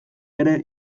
ere